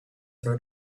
heard